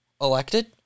elected